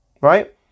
Right